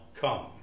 come